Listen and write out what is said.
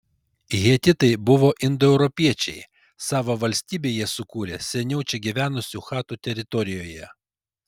hetitai buvo indoeuropiečiai savo valstybę jie sukūrė seniau čia gyvenusių chatų teritorijoje